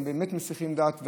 הם באמת מסיחים דעת,